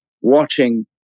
watching